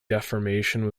deformation